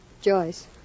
Joyce